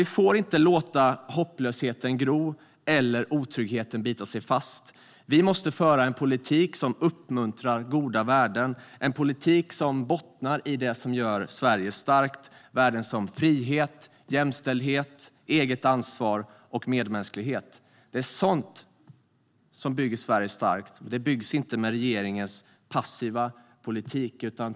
Vi får inte låta hopplösheten gro eller otryggheten bita sig fast. Vi måste föra en politik som uppmuntrar goda värden och bottnar i det som gör Sverige starkt - värden som frihet, jämställdhet, eget ansvar och medmänsklighet. Det är sådant som bygger Sverige starkt, inte regeringens passiva politik.